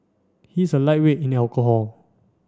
he is a lightweight in alcohol